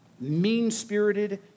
mean-spirited